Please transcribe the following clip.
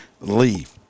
leave